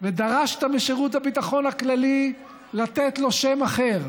ודרשת משירות הביטחון הכללי לתת לו שם אחר,